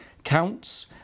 counts